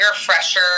fresher